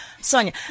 Sonia